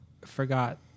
forgot